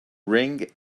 ring